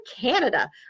Canada